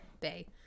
Bay